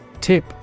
Tip